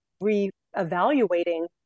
re-evaluating